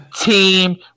team